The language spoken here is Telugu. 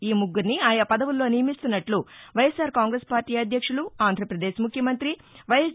ఈ ముగ్గురిని ఆయా పదవుల్లో నియమిస్తున్నట్లు వైఎస్సార్ కాంగ్రెస్ పార్టీ అధ్యక్షులు ఆంధ్రాపదేశ్ ముఖ్యమంతిె వైఎస్